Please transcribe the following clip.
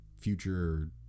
future